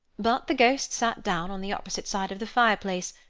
but the ghost sat down on the opposite side of the fireplace,